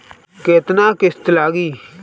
केतना किस्त लागी?